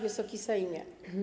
Wysoki Sejmie!